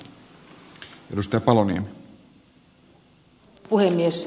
arvoisa puhemies